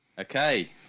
Okay